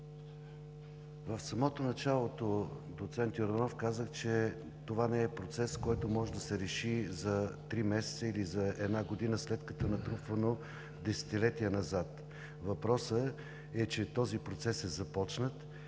в самото начало казах, че това не е процес, който може да се реши за три месеца или за една година, след като е натрупван десетилетия назад. Въпросът е, че този процес е започнат.